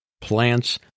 plants